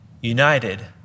united